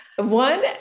One